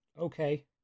Okay